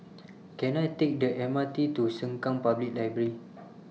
Can I Take The M R T to Sengkang Public Library